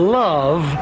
love